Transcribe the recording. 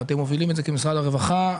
ואתם מובילים את זה כמשרד הרווחה,